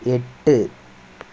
എട്ട്